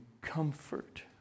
comfort